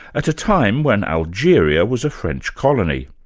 at a time when algeria was a french colony.